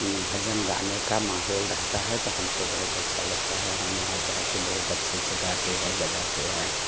भजन गाने का माहौल रहता है तो हमको बहुत अच्छा लगता है हम वहाँ जा कर बहुत अच्छे से गाते हैँ बजाते हैँ